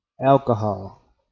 Alcohol